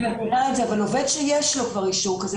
אבל עובד שיש לו כבר אישור כזה?